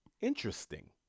interesting